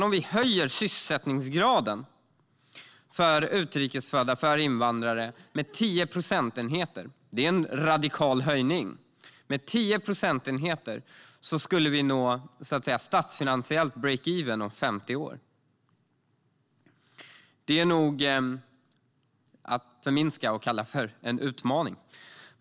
Om vi höjer sysselsättningsgraden för utrikesfödda, för invandrare, med 10 procentenheter - det är en radikal höjning - skulle vi nå, så att säga, statsfinansiellt break-even om 50 år. Det är nog att förminska det att kalla det för en utmaning.